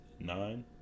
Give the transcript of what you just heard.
nine